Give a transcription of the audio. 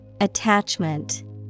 Attachment